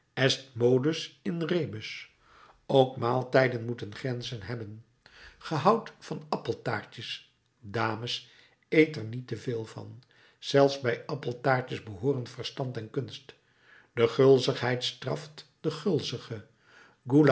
est modus in rebus ook maaltijden moeten grenzen hebben ge houdt van appeltaartjes dames eet er niet te veel van zelfs bij appeltaartjes behooren verstand en kunst de gulzigheid straft den